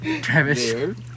Travis